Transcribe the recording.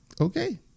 Okay